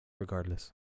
regardless